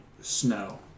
snow